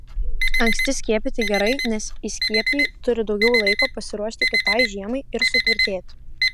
anksti skiepyti gerai nes įskiepiai turi daugiau laiko pasiruošti kitai žiemai ir sutvirtėti